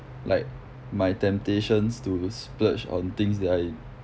like my temptations to splurge on things that I